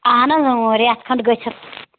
اَہن حظ اۭں رٮ۪تھ کھٕنٛڈ گٔژھِتھ